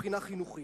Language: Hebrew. מבחינה חינוכית.